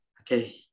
Okay